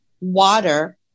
water